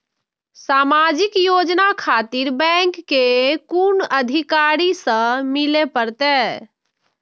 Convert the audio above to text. समाजिक योजना खातिर बैंक के कुन अधिकारी स मिले परतें?